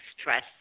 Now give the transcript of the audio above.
stress